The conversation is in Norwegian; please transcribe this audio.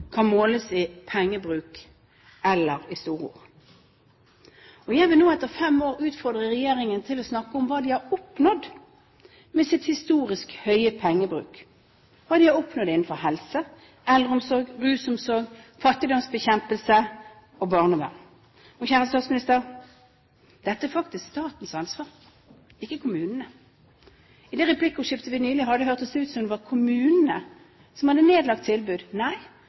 kan måles i pengebruk eller i store ord. Jeg vil nå, etter fem år, utfordre regjeringen til å snakke om hva de har oppnådd med sitt historisk høye pengebruk, hva de har oppnådd innenfor helse, eldreomsorg, rusomsorg, fattigdomsbekjempelse og barnevern. Kjære statsminister, dette er faktisk statens ansvar, ikke kommunenes! I det replikkordskiftet man nylig hadde, hørtes det ut som om det var kommunene som hadde nedlagt tilbud.